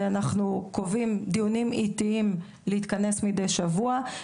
אנחנו קובעים דיונים איטיים להתכנס מדי שבוע,